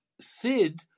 Sid